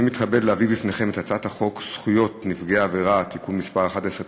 אני מתכבד להביא בפניכם את הצעת חוק זכויות נפגעי עבירה (תיקון מס' 11),